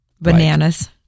Bananas